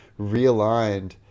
realigned